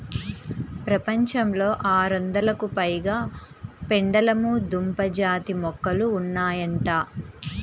ప్రపంచంలో ఆరొందలకు పైగా పెండలము దుంప జాతి మొక్కలు ఉన్నాయంట